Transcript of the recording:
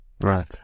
right